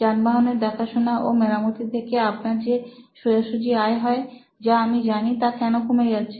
যানবাহনের দেখাশোনা ও মেরামতির থেকে আপনার যে সোজাসুজি আয় হয় যা আমি জানি তা কেন কমে যাচ্ছে